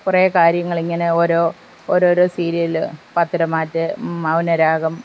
കുറേ കാര്യങ്ങൾ ഇങ്ങനെ ഓരോ ഓരോരോ സീരിയൽ പത്തരമാറ്റ് മൗനരാഗം